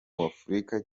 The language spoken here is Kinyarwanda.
w’afurika